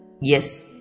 Yes